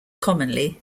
commonly